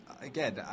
again